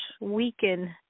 weaken